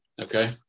Okay